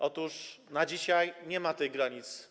Otóż dzisiaj nie ma tej granicy.